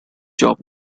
job